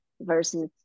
versus